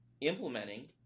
implementing